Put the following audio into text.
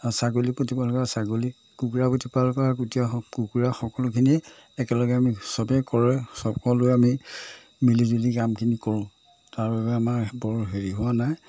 ছাগলী প্ৰতিপাল কৰাই ছাগলী কুকুৰা প্ৰতিপাল কৰাই গোটেই কুকুৰা সকলোখিনি একেলগে আমি সবেই কৰে সকলোৱে আমি মিলি জুলি কামখিনি কৰোঁ তাৰ বাবে আমাৰ বৰ হেৰি হোৱা নাই